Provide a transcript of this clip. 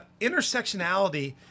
Intersectionality